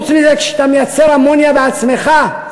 חוץ מזה, כשאתה מייצר אמוניה בעצמך,